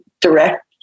direct